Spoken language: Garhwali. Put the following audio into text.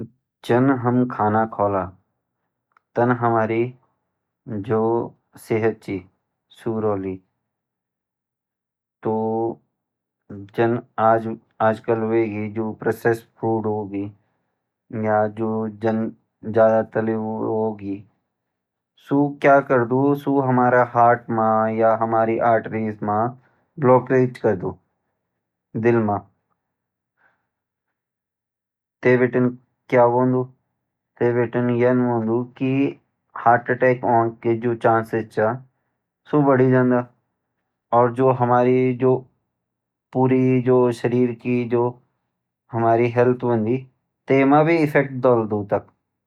जान हम खाना खोला तन हमारी सेहत रोली जान आज कल हुएगी प्रोसेस्ड फ़ूड होगी जादा तालियू होगी सू हमारे दिल म या आर्टरीज म ब्लॉकेज करदू ते बीतीन यन होंदू की हार्टटैक के चांसीज़ सु बड़ी जोंदा।